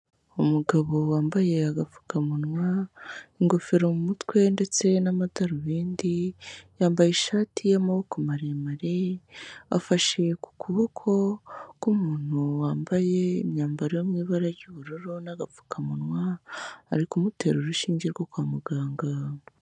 Umugabo wambaye agapfukamunwa ingofero mu mutwe ndetse n'amadarubindi yambaye ishati y'amaboko maremare afashe ku kuboko k'umuntu wambaye imyambaro mu ibara ry'ubururu n'agapfukamunwa ari kumutera urushinge rwo kwa muganga.